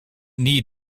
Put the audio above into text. need